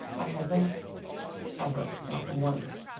i haven't ever, not once,